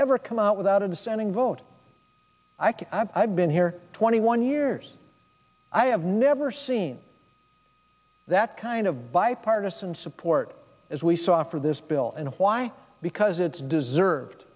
ever come out without a dissenting vote i've been here twenty one years i have never seen that kind of bipartisan support as we saw for this bill and why because it's deserved